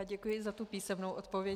Děkuji za tu písemnou odpověď.